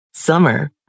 Summer